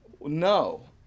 no